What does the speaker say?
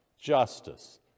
justice